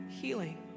healing